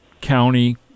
county